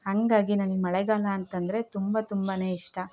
ಹಾಗಾಗಿ ನನಿಗೆ ಮಳೆಗಾಲ ಅಂತಂದರೆ ತುಂಬ ತುಂಬ ಇಷ್ಟ